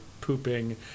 pooping